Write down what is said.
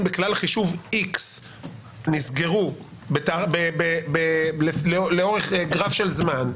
בכלל חישוב X נסגרו לאורך גרף של זמן,